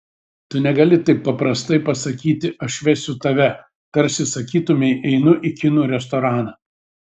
tu negali taip paprastai pasakyti aš vesiu tave tarsi sakytumei einu į kinų restoraną